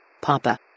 Papa